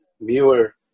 Muir